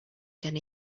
gen